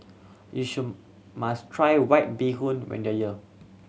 you should must try White Bee Hoon when you are here